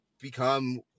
become